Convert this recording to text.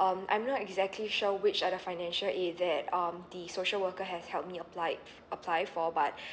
um I'm not exactly sure which are the financial aid that um the social worker has help me applied apply for but